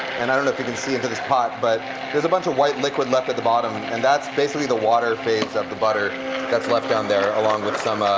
and i don't know if you can see into this pot, but there's a bunch of white liquid left at the bottom. and and that's basically the water phase of the butter that's left down there along with some